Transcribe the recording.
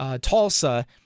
Tulsa